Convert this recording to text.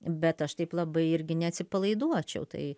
bet aš taip labai irgi neatsipalaiduočiau tai